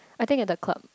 I think at the club